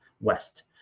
west